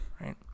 right